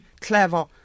clever